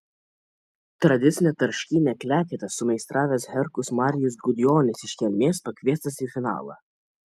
tradicinę tarškynę kleketą sumeistravęs herkus marijus gudjonis iš kelmės pakviestas į finalą